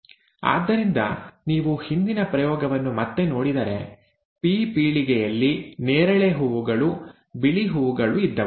ಆದ್ದರಿಂದ ನೀವು ಹಿಂದಿನ ಪ್ರಯೋಗವನ್ನು ಮತ್ತೆ ನೋಡಿದರೆ ಪಿ ಪೀಳಿಗೆಯಲ್ಲಿ ನೇರಳೆ ಹೂವುಗಳು ಬಿಳಿ ಹೂವುಗಳು ಇದ್ದವು